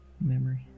Memory